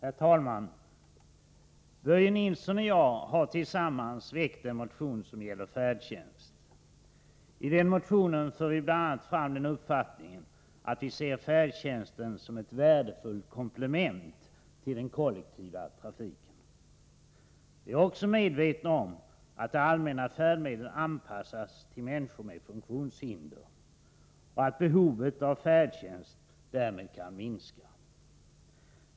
Herr talman! Börje Nilsson och jag har tillsammans väckt en motion som gäller färdtjänst. I den motionen för vi bl.a. fram den uppfattningen att vi ser färdtjänsten som ett värdefullt komplement till den kollektiva trafiken. Vi är medvetna om att de allmänna färdmedlen anpassas till människor med funktionshinder och att behovet av färdtjänst därmed kan minska.